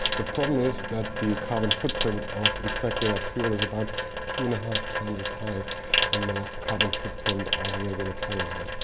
the problem is that the carbon footprint of exactly that fuel is about two and half times as high than and the carbon footprint of regular kerosene.